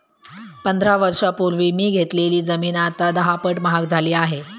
पंधरा वर्षांपूर्वी मी घेतलेली जमीन आता दहापट महाग झाली आहे